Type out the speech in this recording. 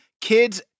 kids